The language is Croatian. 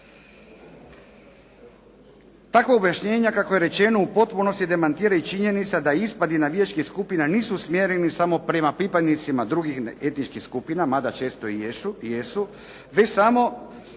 Takvo objašnjenje kako je rečeno u potpunosti demantira i činjenica da ispadi navijačkih skupina nisu usmjereni samo prema pripadnicima drugih etničkih skupina mada često i jesu već smo